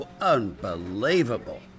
unbelievable